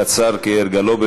קצר כהרגלו.